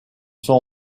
sont